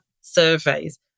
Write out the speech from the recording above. surveys